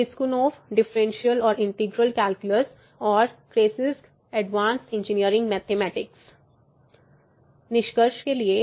Piskunov differential और integral calculus और Kreyszig advanced engineering mathematics Piskunov Differential and Integral Calculus and Kreyszig Advanced Engineering Mathematics